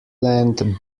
land